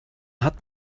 hat